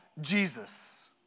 Jesus